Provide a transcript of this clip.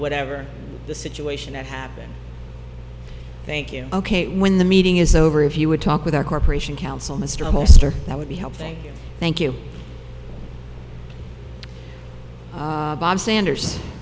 whatever the situation it happened thank you ok when the meeting is over if you would talk with our corporation counsel mr holster that would be helping thank you bob sanders